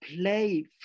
play